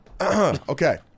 Okay